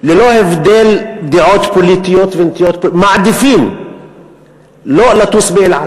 ללא הבדל דעות פוליטיות, מעדיף שלא לטוס ב"אל על"